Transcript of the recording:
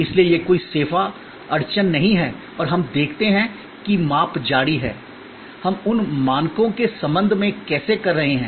इसलिए यह कोई सेवा अड़चन नहीं है और हम देखते हैं कि माप जारी है हम उन मानकों के संबंध में कैसे कर रहे हैं